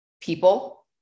people